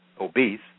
obese